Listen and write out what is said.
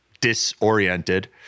disoriented